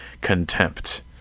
contempt